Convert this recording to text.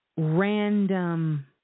random